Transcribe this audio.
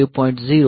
તે JNB PSW